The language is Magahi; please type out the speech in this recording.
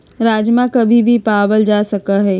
राजमा कभी भी पावल जा सका हई